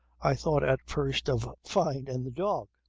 i thought at first of fyne and the dog.